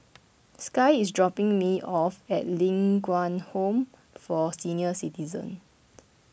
Sky is dropping me off at Ling Kwang Home for Senior Citizens